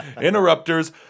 Interrupters